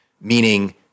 Meaning